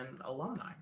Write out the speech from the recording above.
alumni